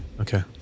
okay